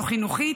לא חינוכית,